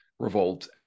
Revolt